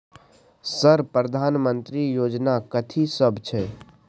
Sir प्रधानमंत्री योजना कथि सब छै?